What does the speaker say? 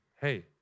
hey